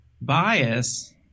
bias